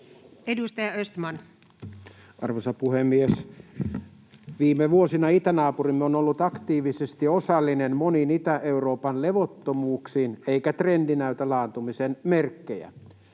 Edustaja Östman. Arvoisa puhemies! Viime vuosina itänaapurimme on ollut aktiivisesti osallinen moniin Itä-Euroopan levottomuuksiin, eikä trendi näytä laantumisen merkkejä.